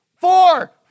Four